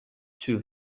zur